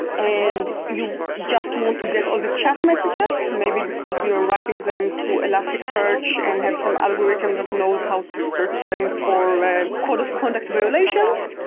and you just want to get all the chat messages maybe because you're writing them to elasticsearch and have some algorithms that knows how to search them for code of conduct violations.